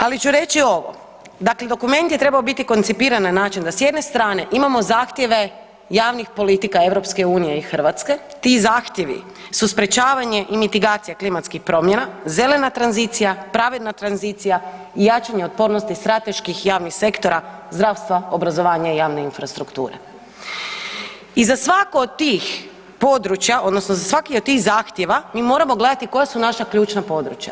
Ali ću reći ovo, dakle dokument je trebao biti koncipiran na način da s jedne strane imamo zahtjeve javnih politika Europske unije i Hrvatske, ti zahtjevi su sprječavanje, mitigacija klimatskih promjena, zelena tranzicija, pravedna tranzicija i jačanje otpornosti strateških javnih sektora, zdravstva, obrazovanja i javne infrastrukture i za svaku od tih područja, odnosno za svaki od tih zahtjeva mi moramo gledati koja su naša ključna područja.